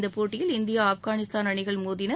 இந்த போட்டியில் India Afghanistan அணிகள் மோதின